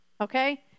Okay